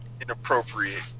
Inappropriate